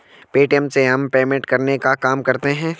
Paytm से हम payment करने का काम करते है